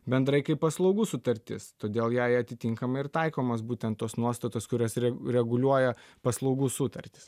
bendrai kaip paslaugų sutartis todėl jai atitinkamai ir taikomos būtent tos nuostatos kurias re reguliuoja paslaugų sutartys